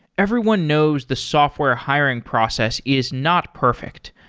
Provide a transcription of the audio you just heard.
everyone knows the software hiring process is not perfect.